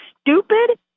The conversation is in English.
stupid